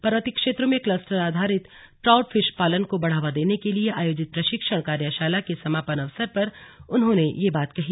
पर्वतीय क्षेत्रों में क्लस्टर आधारित ट्राउट फिश पालन को बढ़ावा देने के लिए आयोजित प्रशिक्षण कार्यशाला के समापन अवसर पर उन्होंने ये बात कही